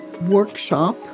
workshop